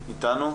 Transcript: איריס,